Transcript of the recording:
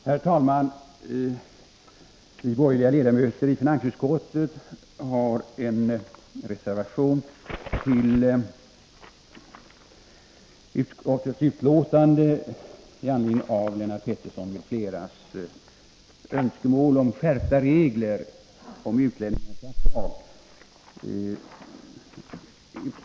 Herr talman! Vi borgerliga ledamöter i finansutskottet har fogat en reservation till utskottets betänkande med anledning av Lennart Petterssons m.fl. önskemål om skärpta regler för utlänningars aktieförvärv i svenska företag.